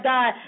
God